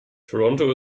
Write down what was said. toronto